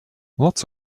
lots